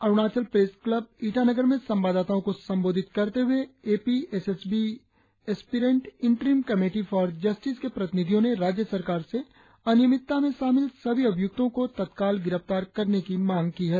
Arunachal press club Itanagar में संवाददाताओं को संबोधित करते हुए A P S S B aspirant interim committee for justice के प्रतिनिधियों ने राज्य सरकार से अनिमितता में शामिल सप्री अधियुक्तों को तत्काल गिरफ्तार करने की मांग की है